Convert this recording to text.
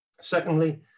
Secondly